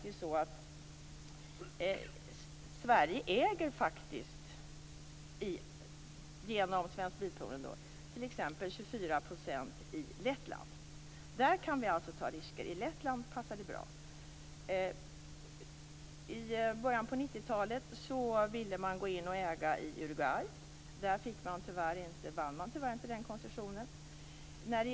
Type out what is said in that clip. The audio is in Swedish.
Sverige äger faktiskt, genom Svensk Bilprovning, 24 % i Lettland. Där kan vi alltså ta risker. I Lettland passar det bra. I början av 90-talet ville man gå in och äga i Uruguay, men där vann man tyvärr inte den koncessionen.